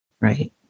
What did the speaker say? right